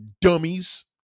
dummies